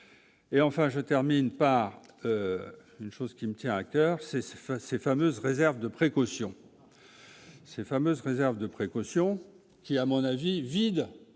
et enfin je termine par une chose qui me tient à coeur, c'est s'effacer ces fameuses réserves de précaution ces fameuses réserves de précaution qui à mon avis, vide